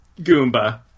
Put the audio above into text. Goomba